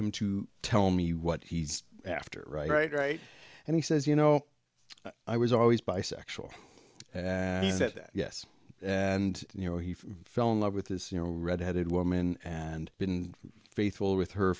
him to tell me what he's after right right and he says you know i was always bisexual he said yes and you know he fell in love with his you know redheaded woman and been faithful with her